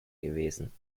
gewesen